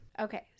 Okay